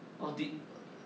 audi~